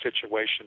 situation